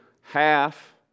half